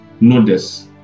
Notice